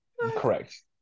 Correct